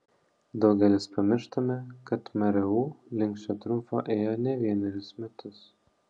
daugelis pamirštame kad mru link šio triumfo ėjo ne vienerius metus